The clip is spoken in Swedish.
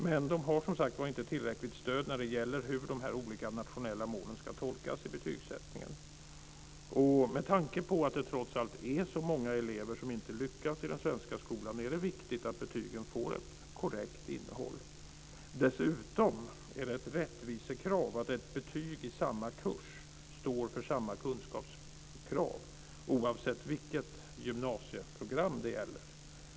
Men de har som sagt inte tillräckligt stöd när det gäller hur de olika nationella målen ska tolkas i betygssättningen. Med tanke på att det trots allt är så många elever som inte lyckas i den svenska skolan är det viktigt att betygen får ett korrekt innehåll. Dessutom är det ett rättvisekrav att betyg i samma kurs står för samma kunskapskrav oavsett vilket gymnasieprogram det gäller.